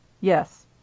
Yes